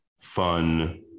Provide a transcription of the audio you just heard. fun